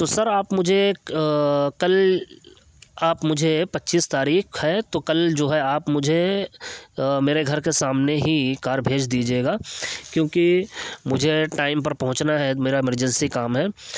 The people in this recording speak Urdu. تو سر آپ مجھے کل آپ مجھے پچیس تاریخ ہے تو کل جو ہے آپ مجھے میرے گھر کے سامنے ہی کار بھیج دیجیے گا کیونکہ مجھے ٹائم پر پہنچنا ہے میرا ایمرجنسی کام ہے